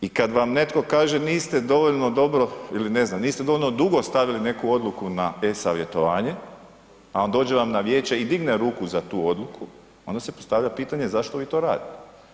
I kad vam netko kaže niste dovoljno dobro ili ne znam niste dovoljno dugo stavili neku odluku na e-savjetovanje a dođe vam na vijeće i digne ruku za tu odluku onda si postavlja pitanje zašto vi to radite.